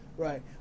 Right